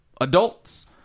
adults